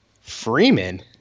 Freeman